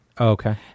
Okay